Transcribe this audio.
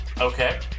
okay